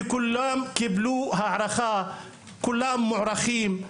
ורובם קיבלו הערכה והם מוערכים.